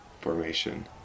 formation